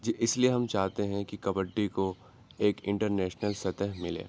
اس لیے ہم چاہتے ہیں کہ کبڈی کو ایک انٹرنیشنل سطح ملے